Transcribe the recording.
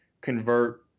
convert